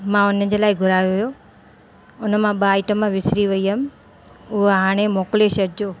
मां उन्हनि जे लाइ घुरायो हुओ उन मां ॿ आइटम विसरी वई हुअमि उहे हाणे मोकिले छॾिजो